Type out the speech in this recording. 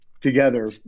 together